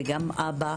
וגם אבא,